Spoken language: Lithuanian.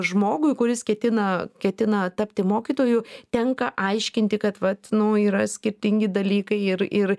žmogui kuris ketina ketina tapti mokytoju tenka aiškinti kad vat nu yra skirtingi dalykai ir ir